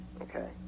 Okay